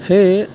সেই